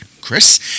Chris